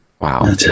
Wow